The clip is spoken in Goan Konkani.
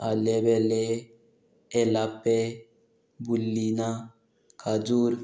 आलेवेलें एलापे बुल्लीना खाजूर